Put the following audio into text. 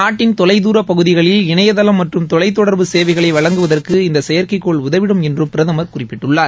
நாட்டின் தொலைதூர பகுதிகளில் இணையதளம் மற்றும் தொலைத் தொடர்பு சேவைகளை வழங்குவதற்கு இந்த செயற்கைகோள் உதவிடும் என்றும் பிரதமர் குறிப்பிட்டுள்ளார்